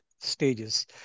stages